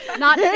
not yeah